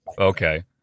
Okay